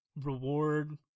reward